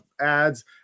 ads